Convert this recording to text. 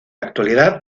actualidad